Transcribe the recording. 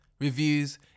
reviews